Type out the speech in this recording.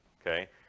Okay